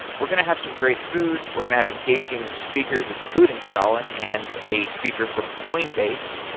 we're going to have some great food. we're going to have engaging speakers including shailin and a speaker from coinbase.